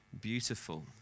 Beautiful